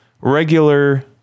regular